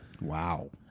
Wow